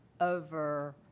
over